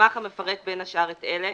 מסמך המפרט בין השאר את אלה: